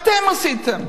אתם עשיתם.